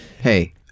hey